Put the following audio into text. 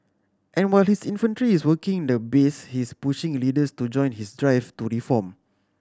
and while his infantry is working the base he's pushing leaders to join his drive to reform